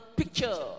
picture